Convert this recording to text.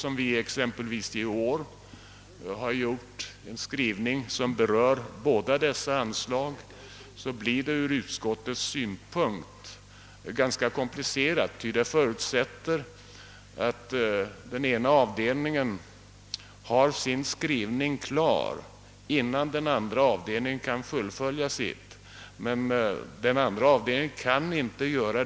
Om vi som i år gör en skrivning som berör båda dessa anslag måste den ena avdelningen ha sin skrivning klar innan den andra avdelningen kan göra sin.